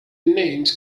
names